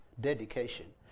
dedication